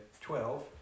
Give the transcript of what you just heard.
twelve